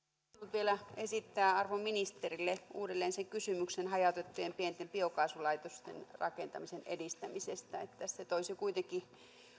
vielä esittää arvon ministerille uudelleen kysymyksen hajautettujen pienten biokaasulaitosten rakentamisen edistämisestä se toisi kuitenkin